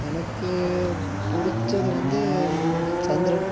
எனக்கு பிடிச்சது வந்து சந்திரன்